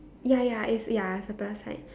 ya ya it's ya it's a plus sign